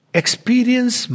experience